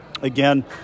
again